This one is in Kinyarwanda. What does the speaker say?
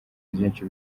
byinshi